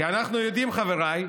כי אנחנו יודעים, חבריי,